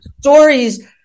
stories